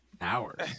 hours